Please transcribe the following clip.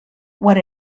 what